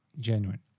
genuine